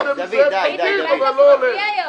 תמיד אתם זה --- אבל לא הולך.